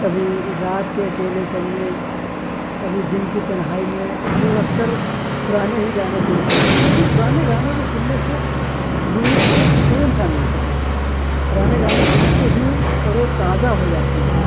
کبھی رات کے اکیلے پن میں کبھی دن کی تنہائی میں لوگ اکثر پرانے ہی گانے سنتے ہیں کیونکہ پرانے گانوں کو سننے سے روح کو سکون سا ملتا ہے پرانے گانے سننے سے روح تر و تازہ ہو جاتی ہے